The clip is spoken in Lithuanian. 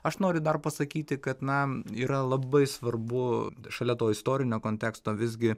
aš noriu dar pasakyti kad na yra labai svarbu šalia to istorinio konteksto visgi